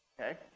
Okay